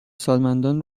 سالمندان